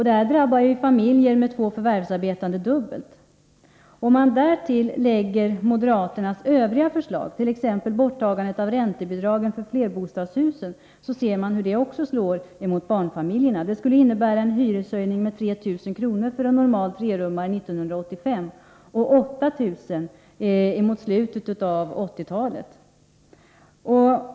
Det drabbar familjer med två förvärvsarbetande dubbelt. Om man därtill lägger moderaternas övriga förslag, t.ex. om borttagande av räntebidragen för flerbostadshusen, som också slår mot barnfamiljerna, blir effekten ännu större. Det skulle innebära en hyreshöjning med 3 000 kr. för en normal trerummare 1985 och med 8 000 kr. mot slutet av 1980-talet.